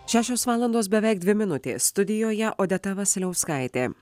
šešios valandos beveik dvi minutės studijoje odeta vasiliauskaitė